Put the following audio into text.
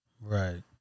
Right